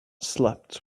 slept